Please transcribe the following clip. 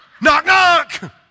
Knock-knock